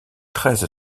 treize